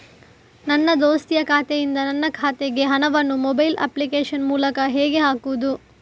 ನನ್ನ ದೋಸ್ತಿಯ ಖಾತೆಯಿಂದ ನನ್ನ ಖಾತೆಗೆ ಹಣವನ್ನು ಮೊಬೈಲ್ ಅಪ್ಲಿಕೇಶನ್ ಮೂಲಕ ಹೇಗೆ ಹಾಕುವುದು?